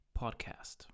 podcast